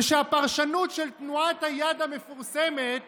ושהפרשנות של תנועת היד המפורסמת